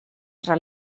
tra